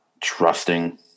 trusting